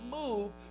move